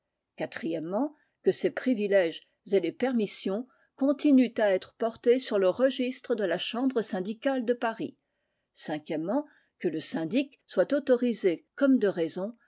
que ces privilèges et les permissions continuent à être portés sur le registre de la chambre syndicale de paris que le syndic soit autorisé comme de raison